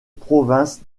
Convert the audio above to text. province